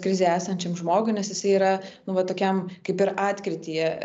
krizėje esančiam žmogui nes jisai yra nu va tokiam kaip ir atkrityje